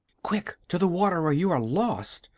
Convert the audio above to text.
quick! to the water, or you are lost!